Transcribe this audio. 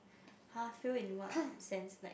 !huh! fail in what sense like